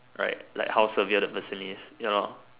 right like how severe the person is you know